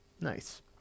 nice